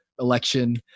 election